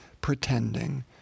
pretending